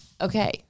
okay